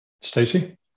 Stacey